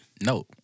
No